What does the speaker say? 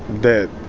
that